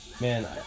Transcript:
Man